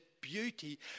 beauty